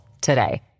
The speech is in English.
today